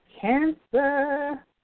Cancer